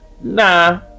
Nah